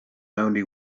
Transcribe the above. only